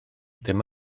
ddim